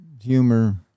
humor